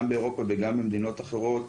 גם באירופה וגם במדינות אחרות,